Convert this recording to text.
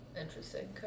Interesting